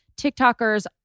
TikTokers